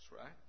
right